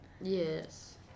Yes